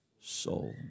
soul